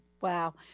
wow